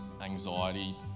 anxiety